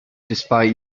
despite